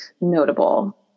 notable